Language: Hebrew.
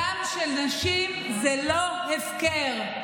דם של נשים הוא לא הפקר.